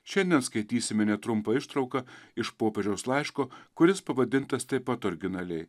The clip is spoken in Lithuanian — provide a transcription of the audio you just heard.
šiandien skaitysime netrumpą ištrauką iš popiežiaus laiško kuris pavadintas taip pat originaliai